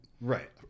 right